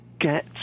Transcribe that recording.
get